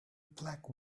black